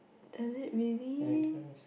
does it really